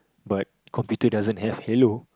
but computers doesn't have Halo